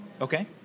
Okay